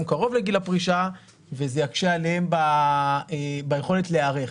קרוב לגיל הפרישה וזה יקשה עליהן ביכולת להיערך.